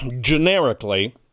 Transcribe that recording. generically